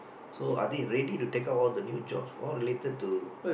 so are they ready to take up all the new jobs all related to